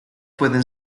pueden